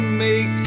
make